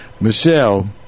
Michelle